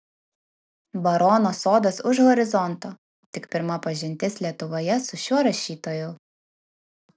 barono sodas už horizonto tik pirma pažintis lietuvoje su šiuo rašytoju